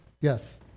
Yes